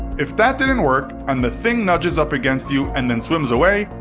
if that didn't work, and the thing nudges up against you and then swims away,